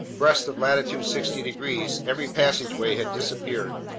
abreast of latitude sixty degrees, every passageway had disappeared.